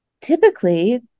typically